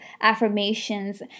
affirmations